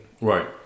Right